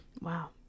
Wow